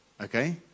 Okay